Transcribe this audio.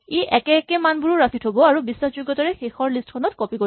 ই একে একে মানবোৰো ৰাখি থ'ব আৰু বিশ্বাসযোগ্যতাৰে শেষৰ লিষ্ট খনত কপি কৰিব